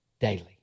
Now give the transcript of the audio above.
daily